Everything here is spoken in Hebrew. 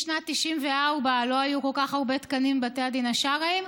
משנת 1994 לא היו כל כך הרבה תקנים בבתי הדין השרעיים,